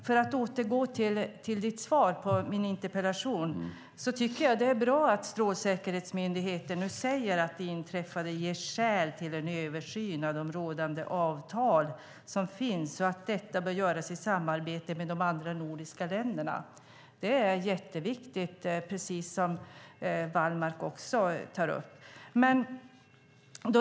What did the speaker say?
För att återgå till ministerns svar på min interpellation tycker jag att det är bra att Strålsäkerhetsmyndigheten nu säger att det inträffade ger skäl till en översyn av de rådande avtal som finns och att detta bör göras i samarbete med de andra nordiska länderna. Det är jätteviktigt, precis som Wallmark också tar upp.